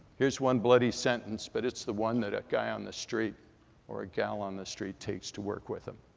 here's one bloody sentence, but it's the one that a guy on the street or a gal on the street takes to work with them.